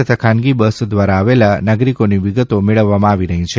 તથા ખાનગી બસ દ્વારા આવેલા નાગરીકોની વિગતો મેળવવામાં આવી રહી છે